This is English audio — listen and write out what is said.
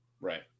right